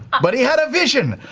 but he had a vision!